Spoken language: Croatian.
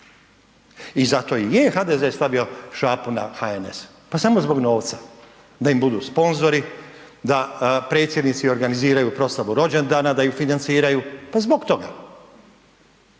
i zato i je HDZ stavio šapu na HNS, pa samo zbog novca, da im budu sponzori, da predsjednici organiziraju proslavu rođendana, da ih financiraju, pa zbog toga.